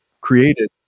created